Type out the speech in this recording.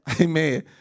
Amen